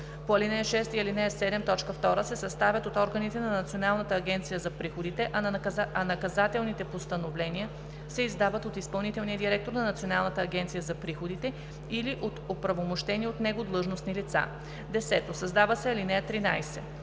по ал. 6 и ал. 7, т. 2 се съставят от органите на Националната агенция за приходите, а наказателните постановления се издават от изпълнителния директор на Националната агенция за приходите или от оправомощени от него длъжностни лица.“ 10. Създава се ал. 13: